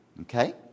Okay